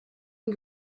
and